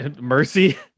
mercy